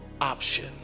option